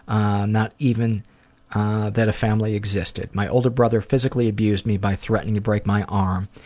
not even that a family existed. my older brother physically abused me by threatening to break my arm.